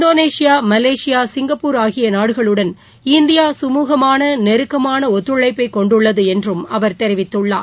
Indonesia Malaysia Singapore ஆகிய நாடுகளுடன் India கமூகமான நெருக்கமான ஒத்துழைப்பை கொண்டுள்ளது என்றும் அவர் தெரிவித்துள்ளார்